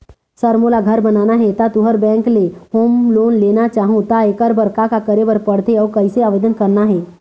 Sir मोला घर बनाना हे ता तुंहर बैंक ले होम लोन लेना चाहूँ ता एकर बर का का करे बर पड़थे अउ कइसे आवेदन करना हे?